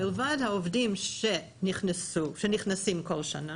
מלבד העובדים שנכנסים כל שנה,